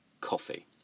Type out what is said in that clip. coffee